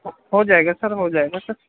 ہو ہو جائے گا سر ہو جائے گا سر